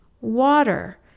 water